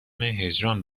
هجران